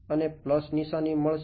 આપણને નિશાની મળશે